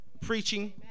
preaching